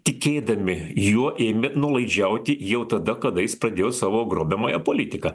tikėdami juo ėmė nuolaidžiauti jau tada kada jis pradėjo savo grobiamąją politiką